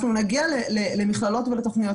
אנחנו נגיע למכללות ולתוכניות,